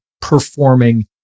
performing